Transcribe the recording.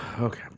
Okay